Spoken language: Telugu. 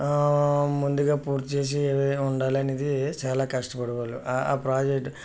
ముందుగా పూర్తి చేసి ఏదైనా ఉండాలి అనేది చాలా కష్టపడాలి ఆ ఆ ప్రాజెక్ట్